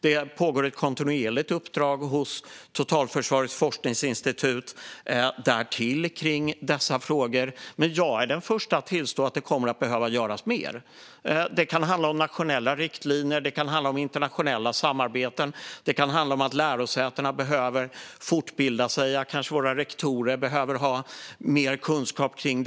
Därtill pågår ett kontinuerligt uppdrag hos Totalförsvarets forskningsinstitut i dessa frågor. Men jag är den förste att tillstå att det kommer att behöva göras mer. Det kan handla om nationella riktlinjer eller internationella samarbeten. Det kan handla om att lärosätena behöver fortbilda sig. Kanske våra rektorer också behöver ha mer kunskap om detta.